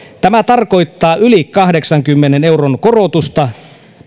tämä tarkoittaa yli kahdeksankymmenen euron korotusta